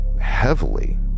heavily